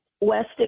West